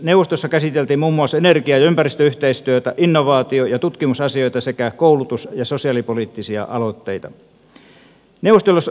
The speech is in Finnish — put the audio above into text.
neuvostossa käsiteltiin muun muassa energia ja ympäristöyhteistyötä innovaatio ja tutkimusasioita sekä koulutus ja sosiaalipoliittisia aloitteita